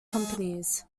companies